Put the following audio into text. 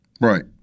right